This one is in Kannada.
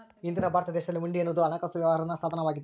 ಹಿಂದಿನ ಭಾರತ ದೇಶದಲ್ಲಿ ಹುಂಡಿ ಎನ್ನುವುದು ಹಣಕಾಸು ವ್ಯವಹಾರದ ಸಾಧನ ವಾಗಿತ್ತು